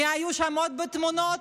מי היו עוד בתמונות?